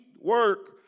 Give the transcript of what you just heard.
work